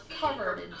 covered